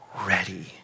ready